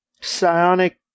psionic